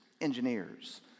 engineers